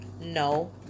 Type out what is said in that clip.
No